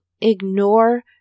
ignore